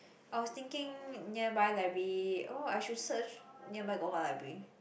I was thinking nearby library oh I should search nearby got what library